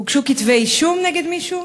הוגשו כתבי אישום נגד מישהו?